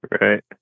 Right